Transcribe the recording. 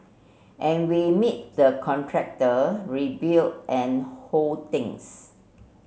and we meet the contractor rebuild and whole things